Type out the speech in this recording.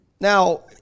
Now